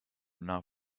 not